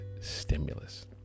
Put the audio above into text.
stimulus